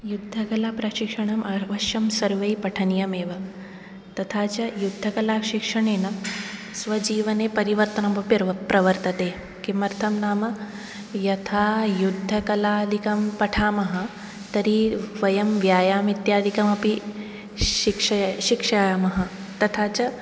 युद्धकलाप्रशिक्षणम् अवश्यं सर्वै पठनीयमेव तथा च युद्धकलाशिक्षणेन स्वजीवने परिवर्तनमपि प्रवर्तते किमर्थं नाम यथा युद्धकलादिकं पठामः तर्हि वयं व्यायामित्यादिकम् अपि शिक्षयामः तथा च